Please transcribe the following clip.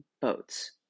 boats